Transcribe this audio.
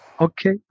okay